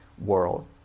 world